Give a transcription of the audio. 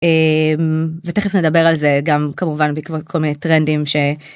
ותכף נדבר על זה גם כמובן בעקבות כל מיני טרנדים ש...